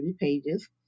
pages